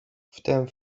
wtem